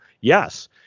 Yes